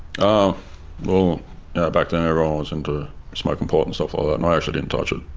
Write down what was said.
ah you know back then everyone was into smoking pot and stuff like that, and i actually didn't touch it.